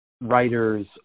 writers